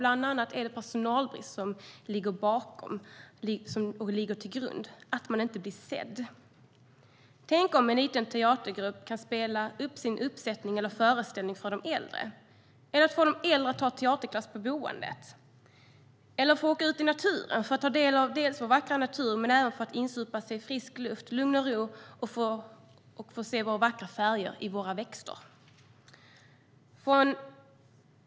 Bland annat är det personalbrist som ligger till grund för det. Man blir inte sedd. Tänk om en liten teatergrupp kan spela upp sin föreställning för de äldre eller få de äldre att ta en teaterklass på boendet. Eller de kanske kan få åka ut i naturen för att ta del av vår vackra natur men även för att insupa frisk luft, få lugn och ro och se vackra färger i våra växter.